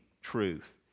truth